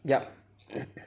yup